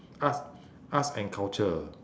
arts arts and culture